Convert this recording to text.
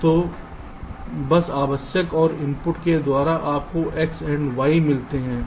तो बस आवश्यक और आउटपुट के द्वारा आपको x एंड y मिलते हैं